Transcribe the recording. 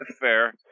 Fair